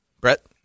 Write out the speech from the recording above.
Brett